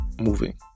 moving